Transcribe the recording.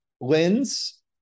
lens